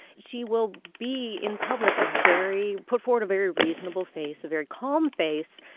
she will be in public a very put forward a very reasonable face, a very calm face.